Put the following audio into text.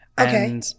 okay